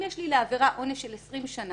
אם יש לי לעבירה עונש של 20 שנים,